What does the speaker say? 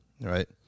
right